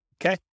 okay